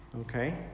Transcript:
okay